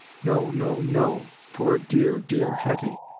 no, no, no poor, dear, dear hetty!